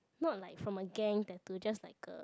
not like from a gang tattoo just like a